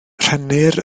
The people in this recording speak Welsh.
rhennir